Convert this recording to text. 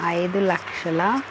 ఐదు లక్షల